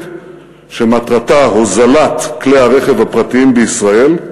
שמטרתה הוזלת כלי הרכב הפרטיים בישראל.